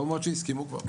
טוב מאוד שהסכימו פה.